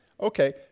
Okay